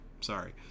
Sorry